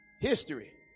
History